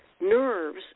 nerves